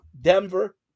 Denver